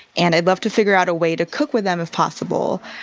and i'd love to figure out a way to cook with them, if possible.